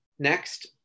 Next